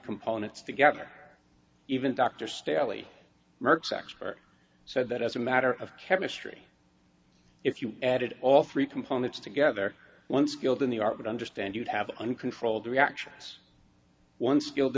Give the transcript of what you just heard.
components together even dr staley mercs expert said that as a matter of chemistry if you added all three components together one skilled in the art would understand you'd have uncontrolled reactions one skilled